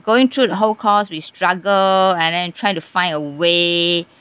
going through the whole course we struggle and then try to find a way